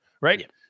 right